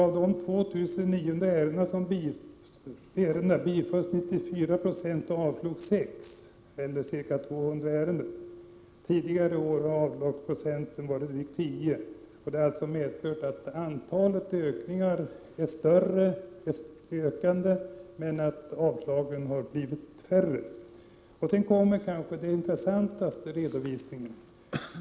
Av de 2 900 ärendena bifölls 94 9c och avslogs 6 96, eller ca 200 ärenden. Tidigare år har avslagsprocenten varit tio. Antalet ansökningar har alltså ökat, samtidigt som avslagen har blivit färre. Sedan kommer kanske den intressantaste delen av redovisningen.